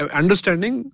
understanding